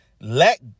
Let